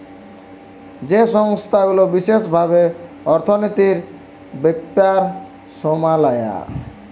যেই সংস্থা গুলা বিশেষ ভাবে অর্থনীতির ব্যাপার সামলায়